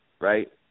right